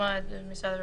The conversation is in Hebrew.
לשמוע את משרד הרווחה,